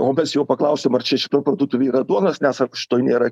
o mes jo paklausėm ar čia šitoj parduotuvėj yra duonos ne sako šitoj nėra